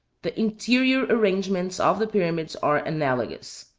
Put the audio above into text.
the interior arrangements of the pyramids are analogous.